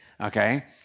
Okay